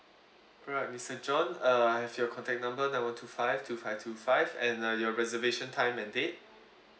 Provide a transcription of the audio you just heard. alright mister john uh I have your contact number nine one two five two five two five and uh your reservation time and date